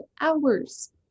hours